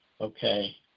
Okay